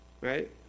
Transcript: Right